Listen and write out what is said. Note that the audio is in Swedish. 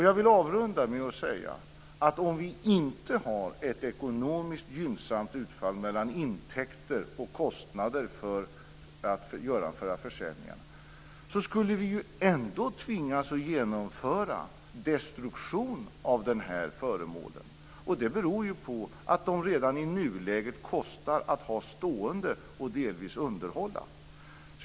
Jag vill avrunda med att säga att om vi inte har ett ekonomiskt gynnsamt utfall mellan intäkter och kostnader för att genomföra försäljningen skulle vi ju ändå tvingas att genomföra destruktion av de här föremålen. Det beror på att de redan i nuläget kostar att ha stående och delvis underhålla.